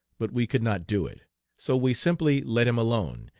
but we could not do it so we simply let him alone,